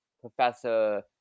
Professor